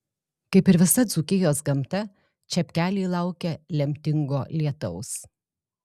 kaip ir visa dzūkijos gamta čepkeliai laukia lemtingo lietaus